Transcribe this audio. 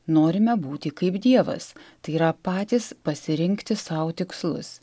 norime būti kaip dievas tai yra patys pasirinkti sau tikslus